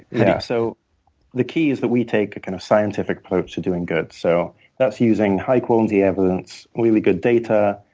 yeah. so the key is that we take a kind of scientific approach to doing well. so that's using high quality evidence, really good data,